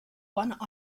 one